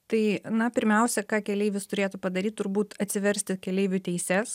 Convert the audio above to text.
tai na pirmiausia ką keleivis turėtų padaryt turbūt atsiversti keleivių teises